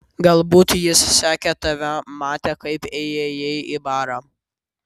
galbūt jis sekė tave matė kaip įėjai į barą